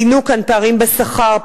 ציינו כאן פערים בשכר,